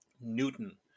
Newton